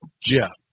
Jeff